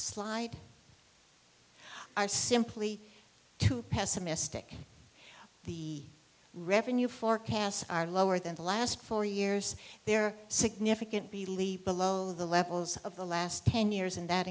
slide are simply too pessimistic the revenue forecasts are lower than the last four years there are significant believe below the levels of the last ten years and that